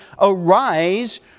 arise